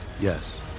Yes